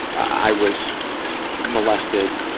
i was molested